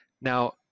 Now